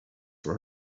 for